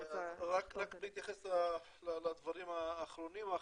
רק בהתייחס לדברים האחרונים החשובים,